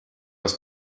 was